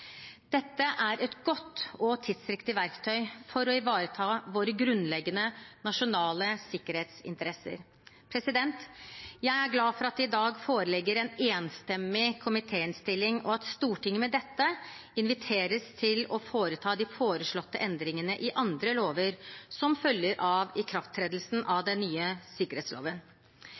Dette er et godt og tidsriktig verktøy for å ivareta våre grunnleggende nasjonale sikkerhetsinteresser. Jeg er glad for at det i dag foreligger en enstemmig komitéinnstilling, og at Stortinget med dette inviteres til å foreta de foreslåtte endringene i andre lover som følger av ikrafttredelsen av den nye sikkerhetsloven.